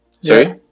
sorry